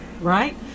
right